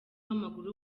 w’amaguru